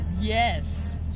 yes